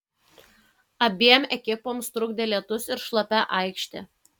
abiem ekipoms trukdė lietus ir šlapia aikštė